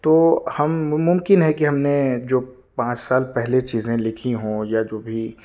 تو ہم ممکن ہے کہ ہم نے جو پانچ سال پہلے چیزیں لکھی ہوں یا جو بھی